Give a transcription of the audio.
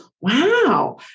wow